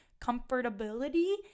comfortability